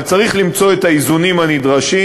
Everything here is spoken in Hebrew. אבל צריך למצוא את האיזונים הנדרשים,